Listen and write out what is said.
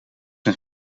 een